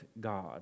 God